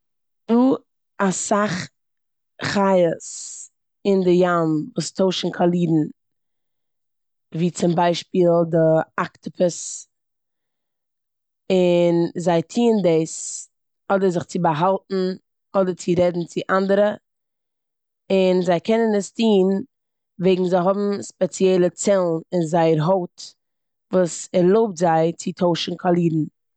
דא אסאך חיות אין די ים וואס טוישן קאלירן ווי צום ביישפיל די אקטאפוס, און זיי טוען דאס אדער זיך צו באהאלטן אדער צו רעדן צו אנדערע און זיי קענען עס טון וועגן זיי האבן ספעציעלע צעלן אין זייער הויט וואס ערלויבט זיי צו טוישן קאלערן.